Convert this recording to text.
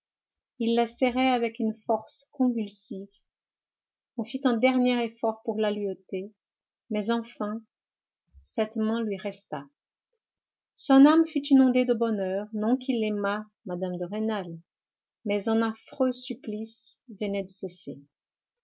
il la serrait avec une force convulsive on fit un dernier effort pour la lui ôter mais enfin cette main lui resta son âme fut inondée de bonheur non qu'il aimât mme de rênal mais un affreux supplice venait de cesser